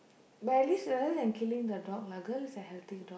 but at least rather than killing the dog lah girl is a healthy dog